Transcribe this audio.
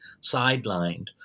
sidelined